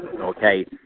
Okay